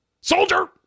Soldier